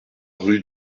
rue